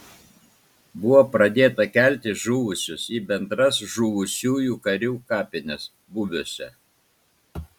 buvo pradėta kelti žuvusius į bendras žuvusiųjų karių kapines bubiuose